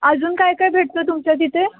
अजून काय काय भेटतं तुमच्या तिथे